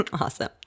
awesome